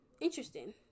Interesting